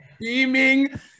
beaming